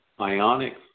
ionic